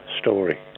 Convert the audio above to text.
story